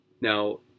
Now